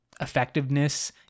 effectiveness